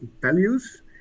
values